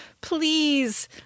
please